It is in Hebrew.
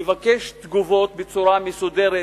לבקש תגובות בצורה מסודרת,